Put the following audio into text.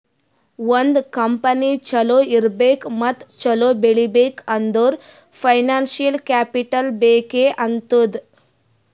ಒಂದ್ ಕಂಪನಿ ಛಲೋ ಇರ್ಬೇಕ್ ಮತ್ತ ಛಲೋ ಬೆಳೀಬೇಕ್ ಅಂದುರ್ ಫೈನಾನ್ಸಿಯಲ್ ಕ್ಯಾಪಿಟಲ್ ಬೇಕ್ ಆತ್ತುದ್